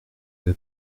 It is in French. vais